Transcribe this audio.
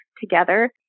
together